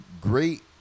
great